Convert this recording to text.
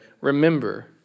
remember